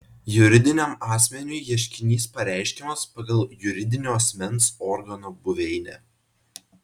juridiniam asmeniui ieškinys pareiškiamas pagal juridinio asmens organo buveinę